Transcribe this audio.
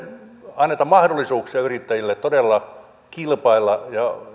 anneta mahdollisuuksia yrittäjille todella kilpailla ja